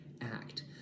act